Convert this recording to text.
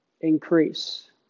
increase